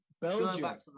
Belgium